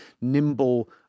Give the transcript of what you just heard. nimble